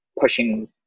pushing